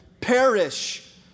perish